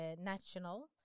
national